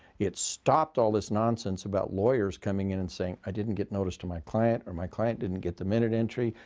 it's stopped all this nonsense about lawyers coming in and saying, i didn't get notice to my client, or my client didn't get the minute entry,